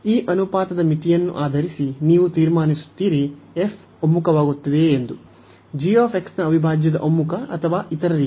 ಈ ಅನುಪಾತದ ಮಿತಿಯನ್ನು ಆಧರಿಸಿ ನೀವು ತೀರ್ಮಾನಿಸುತ್ತೀರಿ f ಒಮ್ಮುಖವಾಗುತ್ತದೆಯೆ ಎಂದು g ನ ಅವಿಭಾಜ್ಯದ ಒಮ್ಮುಖ ಅಥವಾ ಇತರ ರೀತಿ